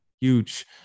Huge